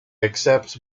accepts